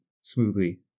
smoothly